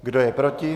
Kdo je proti?